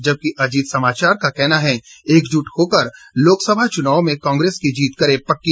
जबकि अजीत समाचार लिखता है एकजुट होकर लोकसभा चुनाव में कांग्रेस की जीत करे पक्की